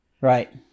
Right